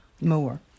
more